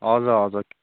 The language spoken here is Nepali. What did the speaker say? हजुर हजुर